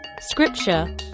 scripture